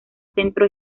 centro